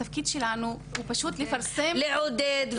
התפקיד שלנו הוא פשוט לפרסם --- לעודד,